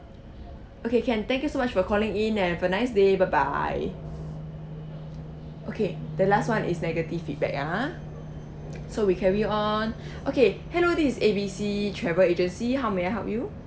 okay can thank you so much for calling in and have a nice day bye bye okay the last [one] is negative feedback ah so we carry on okay hello this is A B C travel agency how may I help you